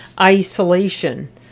isolation